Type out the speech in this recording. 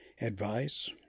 Advice